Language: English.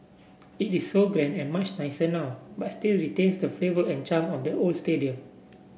it is so grand and much nicer now but still retains the flavour and charm of the old stadium